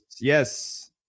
Yes